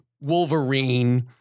Wolverine